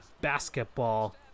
basketball